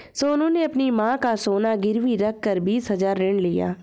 सोनू ने अपनी मां का सोना गिरवी रखकर बीस हजार ऋण लिया